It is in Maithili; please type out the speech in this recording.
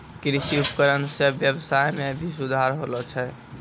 कृषि उपकरण सें ब्यबसाय में भी सुधार होलो छै